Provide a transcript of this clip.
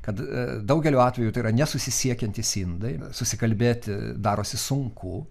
kad daugeliu atvejų tai yra nesusisiekiantys indai susikalbėti darosi sunku